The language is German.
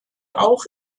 auch